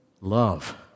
love